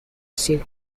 سیرک